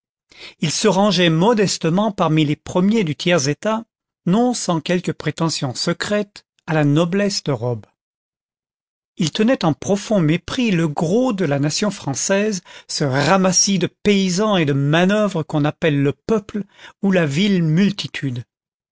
il se rangeait modestement parmi les premiers du tiers état non sans quelques prétentions secrètes à la noblesse de robe il tenait en profond mépris le gros de la nation française ce ramassis de paysans et de manœuvres qu'on appelle le peuple ou la vile multitude